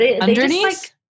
Underneath